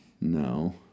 No